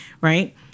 Right